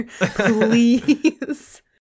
Please